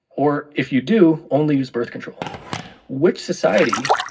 or, if you do, only use birth control which society,